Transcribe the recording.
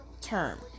term